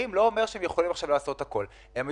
זה לא אומר שאם הם צעירים הם יכולים לעשות הכל.